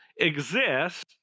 exist